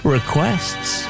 Requests